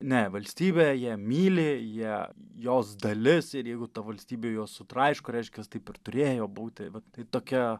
ne valstybę jie myli ją jos dalis ir jeigu ta valstybė juos sutraiško reiškias taip ir turėjo būti vat tai tokia